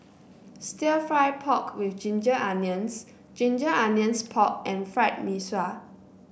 stir fry pork with Ginger Onions Ginger Onions Pork and Fried Mee Sua